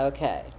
Okay